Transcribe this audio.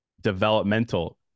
developmental